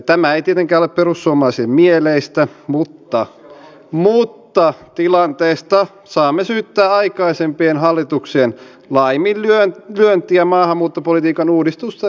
tämä ei tietenkään ole perussuomalaisille mieleistä mutta tilanteesta saamme syyttää aikaisempien hallituksien laiminlyöntiä maahanmuuttopolitiikan uudistusten suhteen